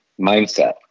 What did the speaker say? mindset